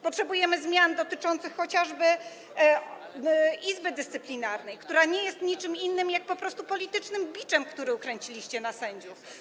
Potrzebujemy zmian dotyczących chociażby Izby Dyscyplinarnej, która nie jest niczym innym jak po prostu politycznym biczem, który ukręciliście na sędziów.